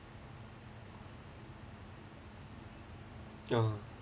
oh